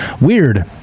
Weird